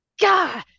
God